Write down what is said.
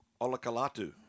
Olakalatu